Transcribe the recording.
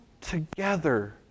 together